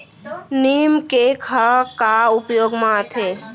नीम cake ह का उपयोग मा आथे?